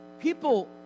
people